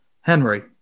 Henry